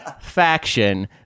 faction